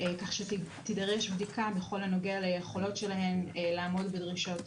כך שתידרש בדיקה בכל הנוגע ליכולות שלהן לעמוד בדרישות.